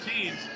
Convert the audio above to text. teams